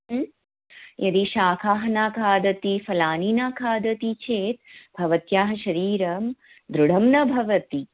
यदि शाकान् न खादति फलानि न खादति चेत् भवत्याः शरीरं दृढं न भवति